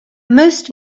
most